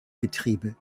betriebe